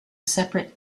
separate